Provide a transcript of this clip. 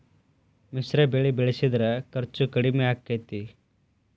ಮಿಶ್ರ ಬೆಳಿ ಬೆಳಿಸಿದ್ರ ಖರ್ಚು ಕಡಮಿ ಆಕ್ಕೆತಿ?